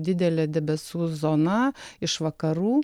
didelė debesų zona iš vakarų